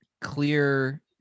clear